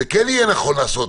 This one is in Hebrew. זה כן יהיה נכון לעשות,